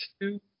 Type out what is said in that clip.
two